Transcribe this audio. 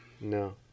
No